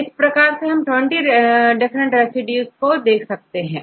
तो इस तरह 20 डिफरेंट रेसिड्यूज के लिए इसे देख सकते हैं